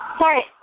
Sorry